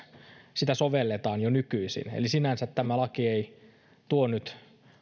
sitä sovelletaan jo nykyisin eli sinänsä tämä laki ei tuo nyt